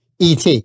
et